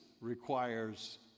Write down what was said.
requires